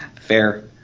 Fair